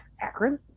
Akron